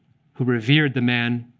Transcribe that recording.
who revered the man,